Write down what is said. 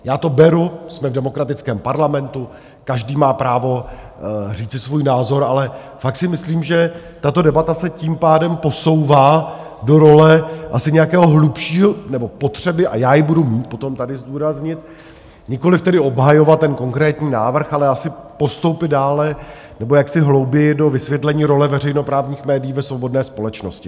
Já to beru, jsme v demokratickém parlamentu, každý má právo říci svůj názor, ale fakt si myslím, že tato debata se tím pádem posouvá do role asi nějakého hlubšího... nebo potřeby a já ji budu potom tady zdůraznit, nikoliv tedy obhajovat ten konkrétní návrh, ale asi postoupit dále nebo jaksi hlouběji do vysvětlení role veřejnoprávních médií ve svobodné společnosti.